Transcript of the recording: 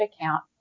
account